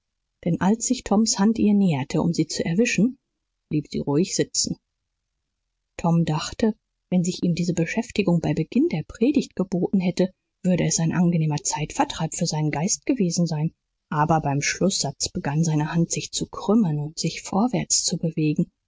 denn als sich toms hand ihr näherte um sie zu erwischen blieb sie ruhig sitzen tom dachte wenn sich ihm diese beschäftigung bei beginn der predigt geboten hätte würde es ein angenehmer zeitvertreib für seinen geist gewesen sein aber beim schlußsatz begann seine hand sich zu krümmen und sich vorwärts zu bewegen